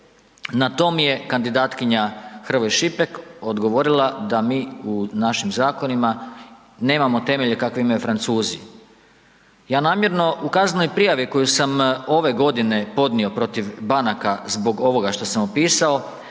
Na to mi je kandidatkinja Hrvoj Šipek odgovorila da mi u našim zakonima nemamo temelje kakve imaju Francuzi. Ja namjerno u kaznenoj prijavi koju sam ove godine podnio protiv banaka zbog ovoga što sam opisao